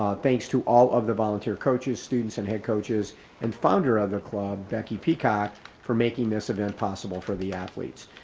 ah thanks to all of the volunteer coaches, students and head coaches and founder of the club, becky peacock for making this event possible for the athletes.